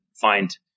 find